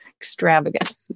extravagant